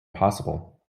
possible